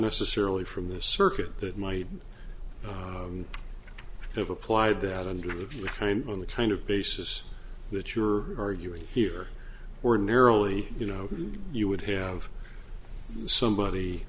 necessarily from the circuit that might have applied that under the train on the kind of basis that you're arguing here ordinarily you know you would have somebody